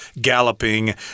galloping